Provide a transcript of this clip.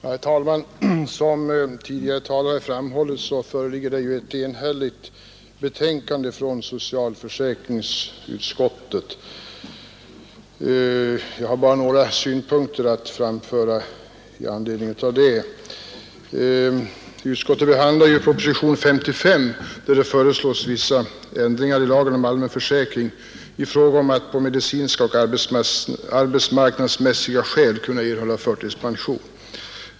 Herr talman! Som tidigare talare framhållit föreligger i detta ärende ett enhälligt betänkande från socialförsäkringsutskottet. Jag har av den anledningen bara några synpunkter att framföra. Betänkandet behandlar propositionen 55, där det föreslås vissa ändringar i lagen om allmän försäkring när det gäller möjligheterna att av medicinska och arbetsmarknadsmässiga skäl erhålla förtidspension.